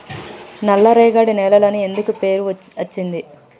నల్లరేగడి నేలలు అని ఎందుకు పేరు అచ్చింది?